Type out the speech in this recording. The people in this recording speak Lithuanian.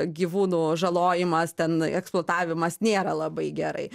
gyvūnų žalojimas ten eksploatavimas nėra labai gerai